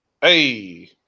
Hey